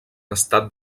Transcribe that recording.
estat